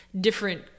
different